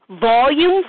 Volume